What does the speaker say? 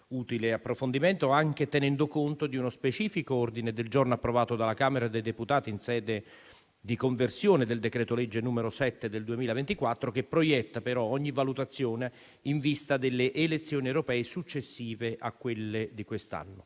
utile approfondimento, anche tenendo conto di uno specifico ordine del giorno approvato dalla Camera dei deputati in sede di conversione del decreto-legge n. 7 del 2024, che proietta però ogni valutazione in vista delle elezioni europee successive a quelle di quest'anno.